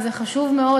וזה חשוב מאוד,